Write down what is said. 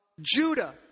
Judah